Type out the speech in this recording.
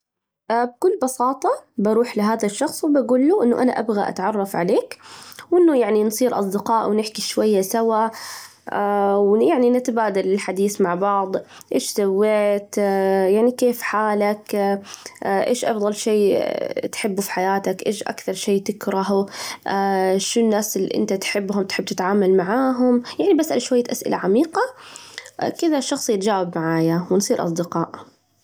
بكل بساطة بروح لهذا الشخص وبجول له إنه أنا أبغى أتعرّف عليك، و إنه يعني نصير أصدقاء ونحكي شوية سوا، و يعني نتبادل الحديث مع بعض إيش سويت؟ يعني كيف حالك؟ إيش أفضل شيء تحبه في حياتك؟ إيش أكثر شيء تكرهه؟ شو الناس اللي إنت تحبهم وتحب تتعامل معاهم؟ يعني بسأل شوية أسئلة عميقة، كذا الشخص يتجاوب معايا ونصير أصدقاء.